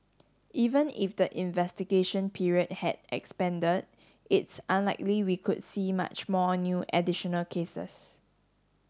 even if the investigation period had expanded it's unlikely we could see much more new additional cases